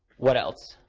what else?